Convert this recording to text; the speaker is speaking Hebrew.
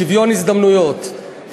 שוויון הזדמנויות,